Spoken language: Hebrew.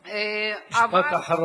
עבר חוק, משפט אחרון.